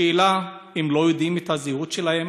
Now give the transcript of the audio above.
השאלה היא אם לא יודעים את הזהות שלהם,